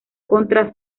contra